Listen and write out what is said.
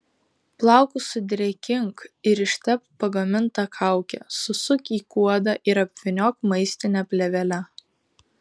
plaukus sudrėkink ir ištepk pagaminta kauke susuk į kuodą ir apvyniok maistine plėvele